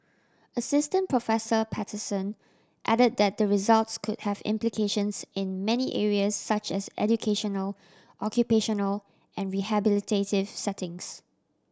Assistant Professor Patterson add that the results could have implications in many areas such as educational occupational and rehabilitative settings